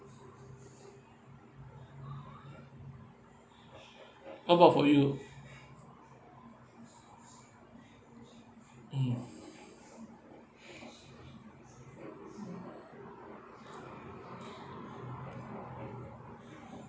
how about for you mm